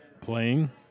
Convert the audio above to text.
playing